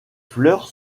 fleurs